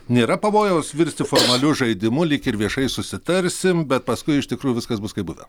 nėra pavojaus virsti formaliu žaidimu lyg ir viešai susitarsim bet paskui iš tikrųjų viskas bus kaip buvę